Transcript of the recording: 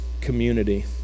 community